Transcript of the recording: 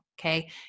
Okay